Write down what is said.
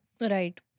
Right